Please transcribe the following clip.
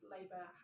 Labour